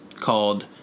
called